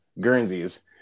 Guernseys